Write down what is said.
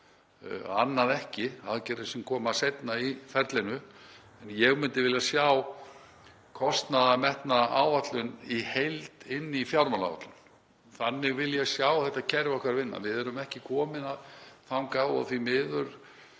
annað ekki eins og aðgerðir sem koma seinna í ferlinu. En ég myndi vilja sjá kostnaðarmetna áætlun í heild í fjármálaáætlun. Þannig vil ég sjá þetta kerfi okkar vinna. Við erum ekki komin þangað og því miður